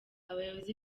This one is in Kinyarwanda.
abayobozi